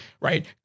right